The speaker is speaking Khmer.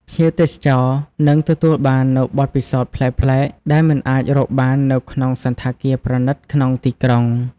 ភ្ញៀវទេសចរនឹងទទួលបាននូវបទពិសោធន៍ប្លែកៗ ដែលមិនអាចរកបាននៅក្នុងសណ្ឋាគារប្រណីតក្នុងទីក្រុង។